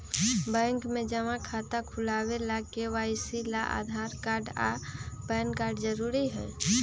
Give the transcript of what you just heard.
bank में जमा खाता खुलावे ला के.वाइ.सी ला आधार कार्ड आ पैन कार्ड जरूरी हई